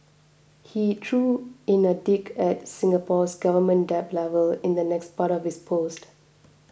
he threw in a dig at Singapore's government debt levels in the next part of his post